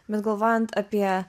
bet galvojant apie